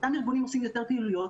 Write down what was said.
אותם ארגונים עושים יותר פעילויות,